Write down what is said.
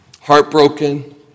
heartbroken